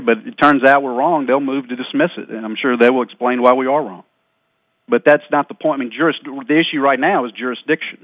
but it turns out we're wrong they'll move to dismiss and i'm sure they will explain why we are wrong but that's not the point the issue right now is jurisdiction